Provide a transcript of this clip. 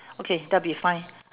okay that'll be fine